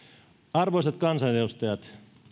arvoisat kansanedustajat